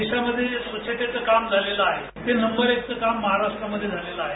देशामध्ये जे स्वच्छतेचं काम झालेलं आहे ते नंबर एकचं काम महाराष्ट्रामथ्ये झालेलं आहे